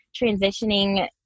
transitioning